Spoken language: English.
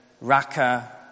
raka